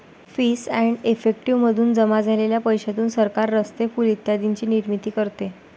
fees and effective मधून जमा झालेल्या पैशातून सरकार रस्ते, पूल इत्यादींची निर्मिती करते